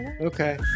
Okay